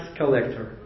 collector